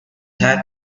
had